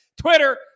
Twitter